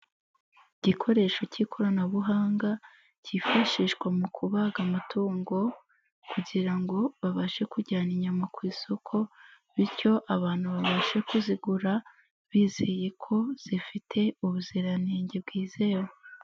Igikoresho cy'ikoranabuhanga cyifashishwa mu kubaga amatungo kugira ngo babashe kujyana inyama ku isoko, bityo abantu babashe kuzigura bizeye ko zifite ubuziranenge bwizewe.